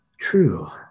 True